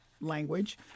language